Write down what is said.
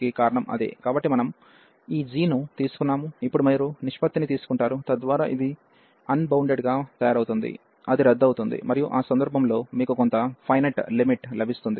కాబట్టి మనము ఈ g ను తీసుకున్నాము ఇప్పుడు మీరు నిష్పత్తిని తీసుకుంటారు తద్వారా ఇది అన్బౌండెడ్ గా తయారవుతుంది అది రద్దు అవుతుంది మరియు ఆ సందర్భంలో మీకు కొంత ఫైనైట్ లిమిట్ లభిస్తుంది